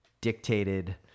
Dictated